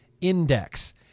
Index